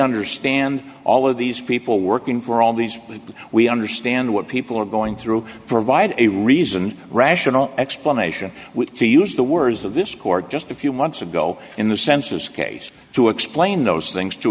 understand all of these people working for all these we understand what people are going through provide a reason rational explanation to use the words of this court just a few months ago in the census case to explain those things to